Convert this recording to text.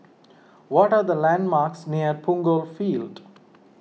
what are the landmarks near Punggol Field